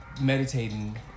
Meditating